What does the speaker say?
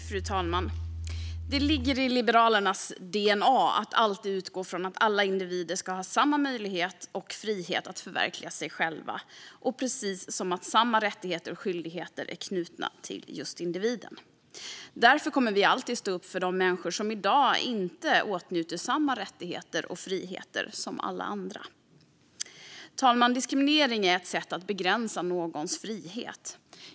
Fru talman! Det ligger i Liberalernas dna att alltid utgå från att alla individer ska ha samma möjlighet och frihet att förverkliga sig själva, precis som att samma rättigheter och skyldigheter är knutna till just individen. Därför kommer vi alltid att stå upp för de människor som i dag inte åtnjuter samma rättigheter och friheter som alla andra. Fru talman! Diskriminering är ett sätt att begränsa någons frihet.